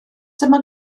dyma